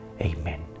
Amen